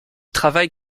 travaille